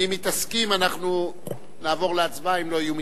ואם היא תסכים, נעבור להצבעה, אם לא יהיו מתנגדים.